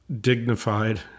dignified